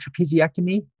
trapeziectomy